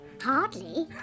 Hardly